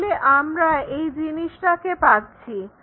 তাহলে আমরা এই জিনিসটাকে পাচ্ছি